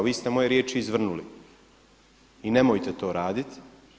Vi ste moje riječi izvrnuli i nemojte to raditi.